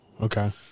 Okay